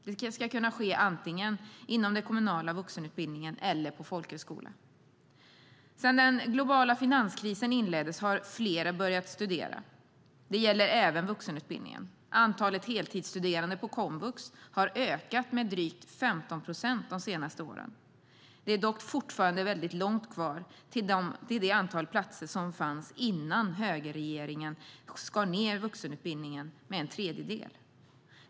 Det ska kunna ske antingen inom den kommunala vuxenutbildningen eller på folkhögskola. Sedan den globala finanskrisen inleddes har fler börjat studera. Det gäller även vuxenutbildningen. Antalet heltidsstuderande på komvux har ökat med drygt 15 procent de senaste åren. Det är dock fortfarande långt kvar till det antal platser som fanns innan högerregeringen skar ned vuxenutbildningen med en tredjedel.